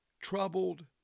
troubled